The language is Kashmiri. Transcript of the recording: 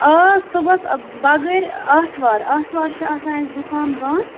آ صُبحس بغٲر آتھوارِ آتھوارِ چھُ آسان اَسہِ دُکان بَنٛد